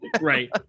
Right